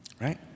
Right